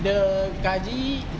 the gaji